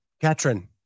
Katrin